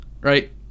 right